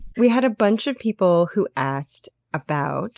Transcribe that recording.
we had a bunch of people who asked about